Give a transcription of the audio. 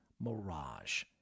mirage